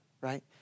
right